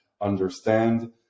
understand